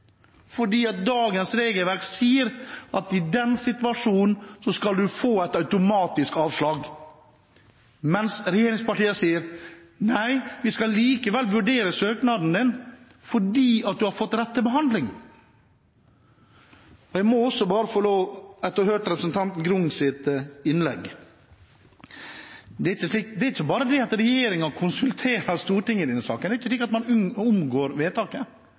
fordi dagens regelverk sier at i den situasjonen skal du få et automatisk avslag – mens regjeringspartiene sier, jo, vi skal likevel vurdere søknaden din fordi du har fått rett til behandling. Jeg må også bare få lov å si, etter å ha hørt representanten Grungs innlegg – det er ikke bare det at regjeringen konsulterer Stortinget i denne saken. Det er ikke slik at man omgår vedtaket.